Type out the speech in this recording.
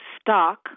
stock